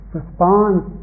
responds